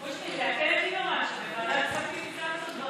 אבל רק הם התיישבו על